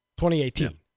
2018